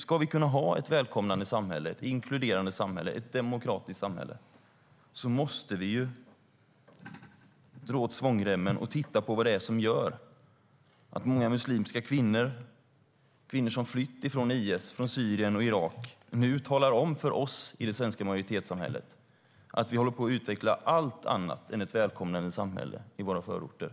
Om vi ska ha ett välkomnande samhälle, ett inkluderande samhälle, ett demokratiskt samhälle, måste vi dra åt svångremmen och titta på vad det är som gör att många muslimska kvinnor, kvinnor som flytt från IS, från Syrien och Irak, nu talar om för oss i det svenska majoritetssamhället att vi håller på att utveckla ett allt annat än välkomnande samhälle i våra förorter.